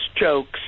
jokes